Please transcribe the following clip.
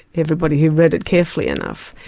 everybody who read it carefully enough,